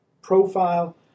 profile